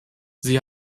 sie